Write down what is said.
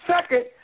Second